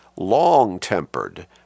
Long-tempered